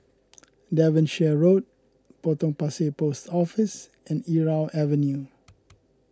Devonshire Road Potong Pasir Post Office and Irau Avenue